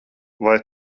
vai